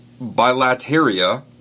bilateria